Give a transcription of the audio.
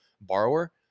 borrower